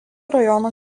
rajono